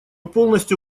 полностью